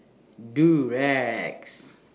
Durex